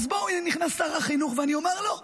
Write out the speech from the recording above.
הינה נכנס שר החינוך ואני אומר לו לסיום,